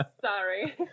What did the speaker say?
Sorry